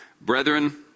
brethren